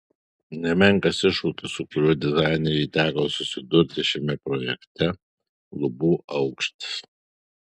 nemenkas iššūkis su kuriuo dizainerei teko susidurti šiame projekte lubų aukštis